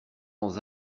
dans